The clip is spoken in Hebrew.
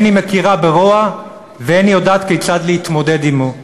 אין היא מכירה ברוע ואין היא יודעת כיצד להתמודד עמו".